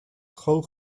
hulk